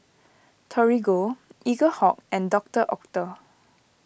Torigo Eaglehawk and Doctor Oetker